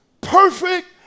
perfect